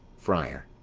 friar.